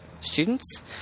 students